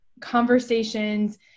conversations